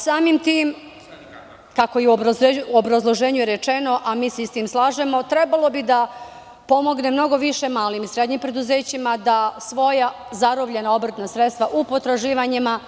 Samim tim, kako je rečeno i u obrazloženju, a sa time se slažemo, trebalo bi da pomogne mnogo više malim i srednjim preduzećima, da svoja zarobljena obrtna sredstva u potraživanjima